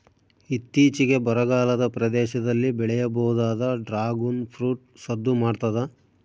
ಇತ್ತೀಚಿಗೆ ಬರಗಾಲದ ಪ್ರದೇಶದಲ್ಲಿ ಬೆಳೆಯಬಹುದಾದ ಡ್ರಾಗುನ್ ಫ್ರೂಟ್ ಸದ್ದು ಮಾಡ್ತಾದ